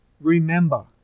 remember